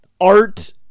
art